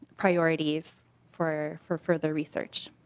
priorities for for further research.